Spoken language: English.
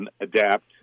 adapt